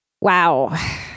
Wow